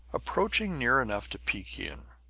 approaching near enough to peek in,